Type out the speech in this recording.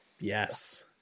Yes